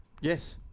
Yes